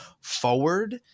forward